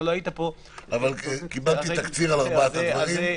לא היית פה --- קיבלתי תקציר על ארבעת הדברים.